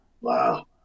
Wow